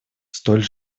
столь